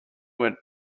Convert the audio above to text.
went